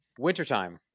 wintertime